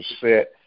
set